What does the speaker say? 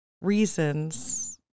reasons